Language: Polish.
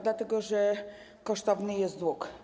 Dlatego że kosztowny jest dług.